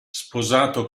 sposato